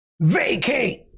Vacate